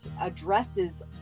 addresses